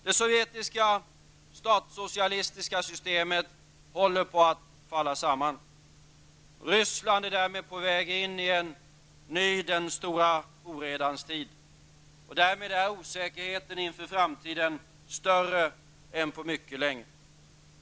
Det sovjetiska statssocialistiska systemet håller på att falla samman, och Ryssland är på väg in i en ny ''den stora oredans tid''. Därmed är osäkerheten inför framtiden större än på mycket länge.